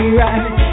right